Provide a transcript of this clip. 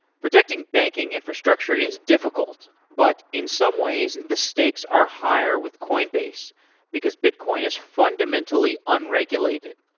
protecting banking infrastructure is difficult, but in some ways the stakes are higher with coinbase because bitcoin is fundamentally unregulated.